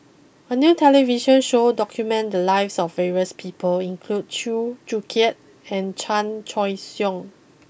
a new television show documented the lives of various people include Chew Joo Chiat and Chan Choy Siong